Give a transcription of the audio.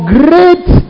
great